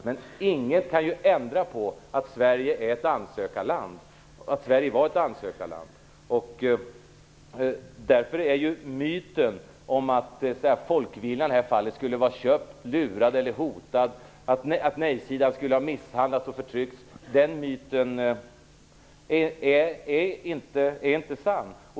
Men ingen kan ju ändra på det faktum att Sverige var ett ansökarland. Därför är myten om att folkviljan i det här fallet skulle vara köpt, lurad eller hotad, att nej-sidan skulle ha misshandlats och förtryckts, inte sann.